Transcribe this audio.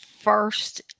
first